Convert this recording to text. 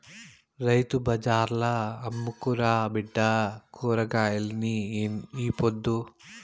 రైతు బజార్ల అమ్ముకురా బిడ్డా కూరగాయల్ని ఈ పొద్దు